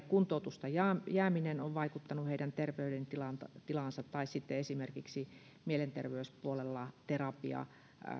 kuntoutusta vaille jääminen on vaikuttanut heidän terveydentilaansa tai kun esimerkiksi mielenterveyspuolella terapia